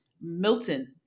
Milton